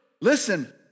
Listen